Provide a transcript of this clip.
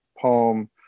poem